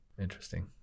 Interesting